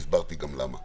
והסברתי גם למה.